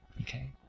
Okay